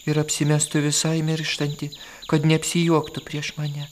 ir apsimestų visai mirštanti kad neapsijuoktų prieš mane